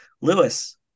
lewis